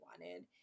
wanted